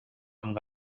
amb